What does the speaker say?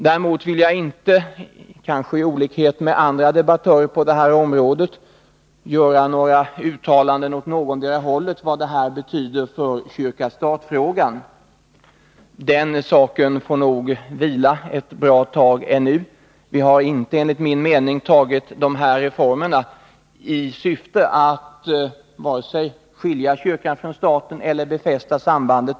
Däremot vill jag inte — kanske i olikhet med andra debattörer på det här området — göra några uttalanden åt någotdera hållet om vad detta betyder för kyrka-stat-frågan. Den saken får nog vila ännu ett bra tag. Vi har enligt min mening inte antagit de här reformerna i syfte att vare sig skilja kyrkan från staten eller befästa sambandet.